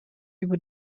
über